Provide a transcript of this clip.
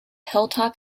hilltop